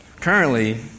currently